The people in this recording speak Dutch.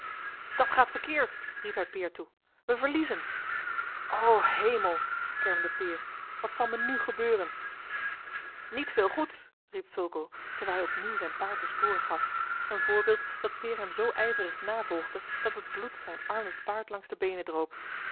dat gaat verkeerd riep hij peer toe wij verliezen o hemel kermde peer wat zal mij nu gebeuren niet veel goeds riep fulco terwijl hij opnieuw zijn paard de sporen gaf een voorbeeld dat peer hem zoo ijverig navolgde dat het bloed zijn arme paard langs de beenen droop